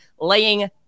laying